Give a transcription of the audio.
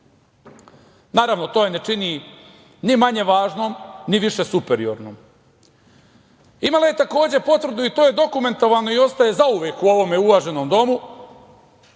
Naravno, to je ne čini ni manje važnom, ni više superiornom. Imala je, takođe, potrebu, i to je dokumentovano i ostaje zauvek u ovome uvaženom domu,